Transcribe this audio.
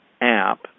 app